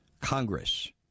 Congress